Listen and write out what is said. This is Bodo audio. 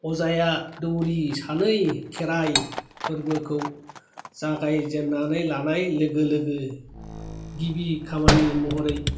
अजाया दौरि सानै खेराय फोर्बोखौ जागाय जेन्नानै लानाय लोगो लोगो गिबि खामानि महरै